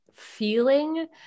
feeling